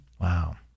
Wow